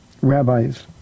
rabbis